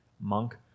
monk